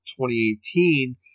2018